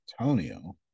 Antonio